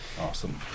awesome